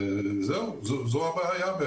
זו הבעיה.